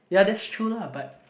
ya that's true lah but